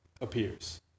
appears